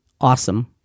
Awesome